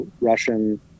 russian